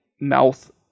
mouth